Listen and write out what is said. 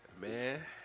Man